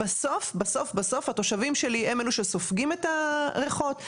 בסוף בסוף התושבים שלי הם אלו שסופגים את הריחות,